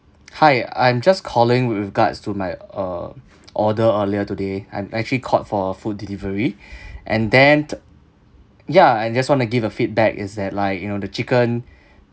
hi I'm just calling with regards to my err order earlier today I'm actually called for a food delivery and then ya I just want to give a feedback is that like you know the chicken